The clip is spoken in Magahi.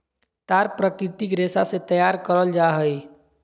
तार प्राकृतिक रेशा से तैयार करल जा हइ